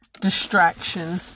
distraction